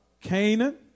Canaan